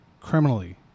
criminally